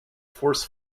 force